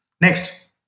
Next